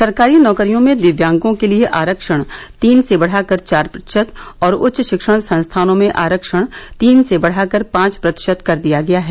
सरकारी नौकरियों में दिव्यांगों के लिए आरक्षण तीन से बढ़ाकर चार प्रतिशत और उच्च रिक्षण संस्थानों में आरक्षण तीन से बढ़ाकर पांच प्रतिशत कर दिया गया है